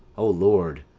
o lord,